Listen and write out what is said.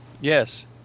Yes